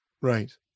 Right